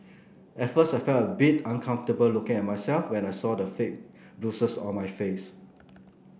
at first I felt a bit uncomfortable looking at myself when I saw the fake bruises on my face